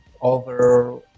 over